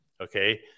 Okay